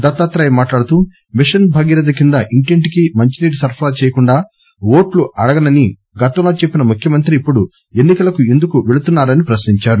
దత్తాత్రేయ మాట్లాడుతూ మిషన్ భగీరథ కింద ఇంటింటికి మంచి నీరు సరఫరా చేయకుండా ఓట్ల అడగనని గతంలో చెప్పిన ముఖ్యమంత్రి ఇప్పుడు ఎన్ని కలకు ఎందుకు పెళ్తున్నా రని ప్రశ్నించారు